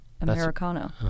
Americano